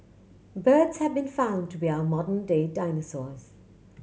birds have been found to be our modern day dinosaurs